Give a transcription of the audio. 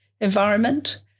environment